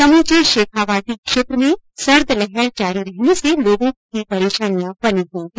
समूचे शेखावाटी क्षेत्र में सर्द लहर जारी रहने से लोगों की परेशानियां बनी हई है